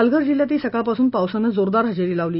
पालघर जिल्ह्यातही सकाळपासून पावसानं जोरदार हजेरी लावली